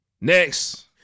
Next